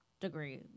degree